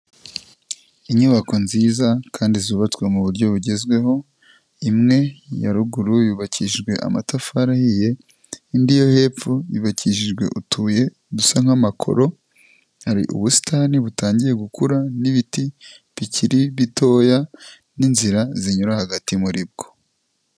Inyubako nziza kandi zubatswe mu buryo bugezweho, imwe ya ruguru yubakijwe amatafari ahiye, indi yo hepfo yubakishijwe utubuye dusa nk'amakoro, hari ubusitani butangiye gukura n'ibiti bikiri bitoya n'inzira zinyura hagati muri bwo.